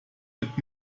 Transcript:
mit